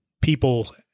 people